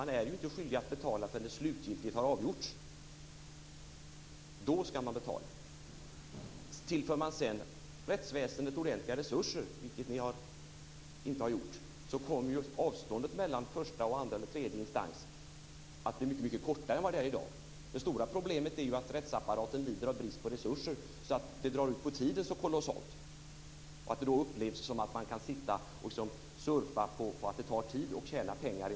Men ingen är ju skyldig att betala förrän det slutgiltigt har avgjorts - då ska han betala. Om man tillför rättsväsendet ordentliga resurser, vilket ni inte har gjort, kommer avståndet mellan första och andra eller tredje instans att bli mycket kortare än vad det är i dag. Det stora problemet är att rättsapparaten lider brist på resurser så att det drar ut på tiden så kolossalt och att det då upplevs som att man kan sitta och surfa på att det tar tid och "tjäna pengar".